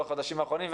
בחודשים האחרונים,